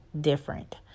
different